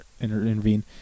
intervene